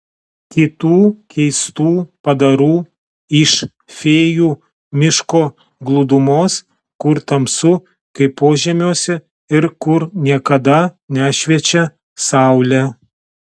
kitų keistų padarų iš fėjų miško glūdumos kur tamsu kaip požemiuose ir kur niekada nešviečia saulė